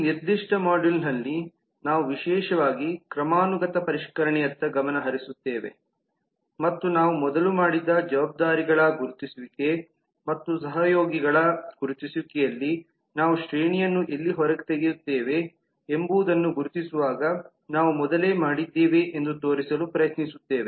ಈ ನಿರ್ದಿಷ್ಟ ಮಾಡ್ಯೂಲ್ನಲ್ಲಿ ನಾವು ವಿಶೇಷವಾಗಿ ಕ್ರಮಾನುಗತ ಪರಿಷ್ಕರಣೆಯತ್ತ ಗಮನ ಹರಿಸುತ್ತೇವೆ ಮತ್ತು ನಾವು ಮೊದಲು ಮಾಡಿದ ಜವಾಬ್ದಾರಿಗಳ ಗುರುತಿಸುವಿಕೆ ಹಾಗು ಸಹಯೋಗಿಗಳ ಗುರುತಿಸುವಿಕೆಯಲ್ಲಿ ನಾವು ಶ್ರೇಣಿಯನ್ನು ಎಲ್ಲಿ ಹೊರತೆಗೆಯುತ್ತೇವೆ ಎಂಬುದನ್ನು ಗುರುತಿಸುವಾಗ ನಾವು ಮೊದಲೇ ಮಾಡಿದ್ದೇವೆ ಎಂದು ತೋರಿಸಲು ಪ್ರಯತ್ನಿಸುತ್ತೇವೆ